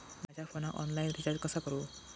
माझ्या फोनाक online recharge कसा करू?